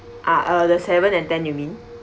ah uh the seven and ten you mean